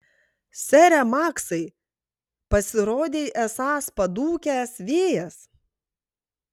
sere maksai pasirodei esąs padūkęs vėjas